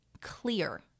clear